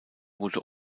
wurde